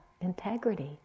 integrity